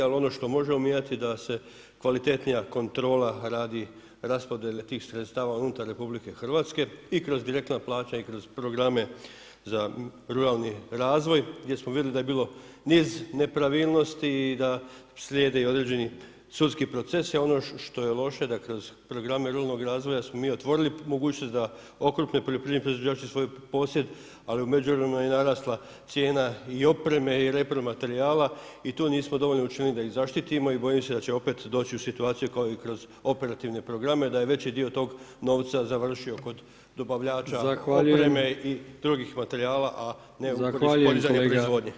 Ali on što možemo mijenjati da se kvalitetnija kontrola radi raspodjele tih sredstava unutar RH i kroz direktna plaćanja i kroz programe za ruralni razvoj gdje smo vidjeli da je bilo niz nepravilnosti i da slijede i određeni sudski procesi a ono što je loše da kroz programe ruralnog razvoja smo mi otvorili mogućnost da okrupne poljoprivredni proizvođači svoj posjed ali u međuvremenu je i narasla cijena i opreme i repromaterijala i tu nismo dovoljno učinili da ih zaštitimo i bojim se da će opet doći u situaciju kao i kroz operativne programe, da je veći dio tog novca završio kod dobavljača opreme i drugih materijala a ne u korist podizanja proizvodnje.